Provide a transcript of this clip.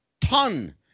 ton